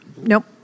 Nope